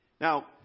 Now